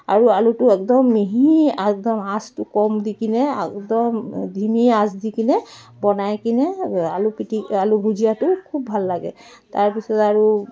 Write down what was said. আৰু আলুটো একদম মিহি একদম আঁচটো কম দি কিনে একদম ধিমি আঁচ দি কিনে বনাই কিনে আলু পিটি আলু ভুজিয়াটো খুব ভাল লাগে তাৰপিছত আৰু